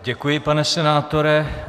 Děkuji, pane senátore.